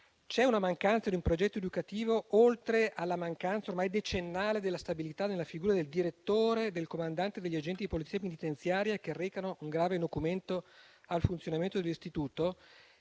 è la mancanza di un progetto educativo, oltre alla mancanza ormai decennale della stabilità nella figura del direttore e del comandante degli agenti di Polizia penitenziaria, che reca un grave nocumento al funzionamento dell'istituto;